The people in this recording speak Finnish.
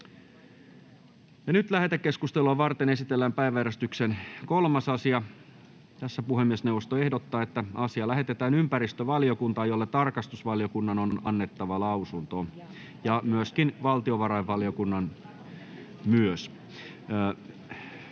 Lähetekeskustelua varten esitellään päiväjärjestyksen 3. asia. Puhemiesneuvosto ehdottaa, että asia lähetetään ympäristövaliokuntaan, jolle tarkastusvaliokunnan ja valtiovarainvaliokunnan on